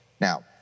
Now